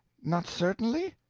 not certainly?